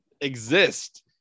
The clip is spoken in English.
exist